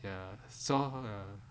ya so how err